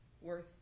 worth